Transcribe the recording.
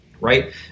right